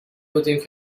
بودیم